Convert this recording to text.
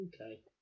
okay